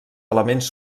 elements